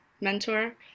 mentor